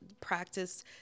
practice